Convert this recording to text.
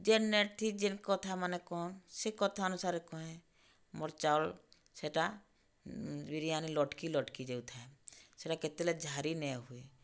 ଯେନ୍ ନେଟ୍ ଥି ଯେନ୍ କଥାମାନେ କହନ୍ ସେ କଥା ଅନୁସାରେ କହେଁ ମୋର ଚାଉଳ ସେଟା ବିରିୟାନୀ ଲଟ୍କି ଲଟ୍କି ଯାଉଥାଏ ସେଟା କେତେବେଲେ ଝାରି ନେ ହୁଏ